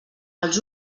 els